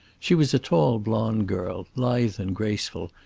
she was a tall blonde girl, lithe and graceful,